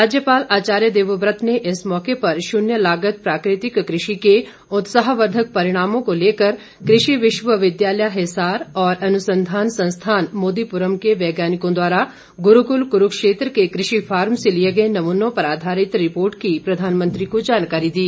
राज्यपाल आचार्य देवव्रत ने इस मौके पर शून्य लागत प्राकृतिक कृषि के उत्साहवर्धक परिणामों को लेकर कृषि विश्वविद्यालय हिसार और अनुसंधान संस्थान मोदीपुरम के वैज्ञानिकों द्वारा गुरूकुल कुरूक्षेत्र के कृषि फार्म से लिए गए नमूनों पर आधारित रिपोर्ट की प्रधानमंत्री को जानकारी दी